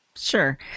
Sure